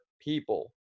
people